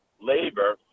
labor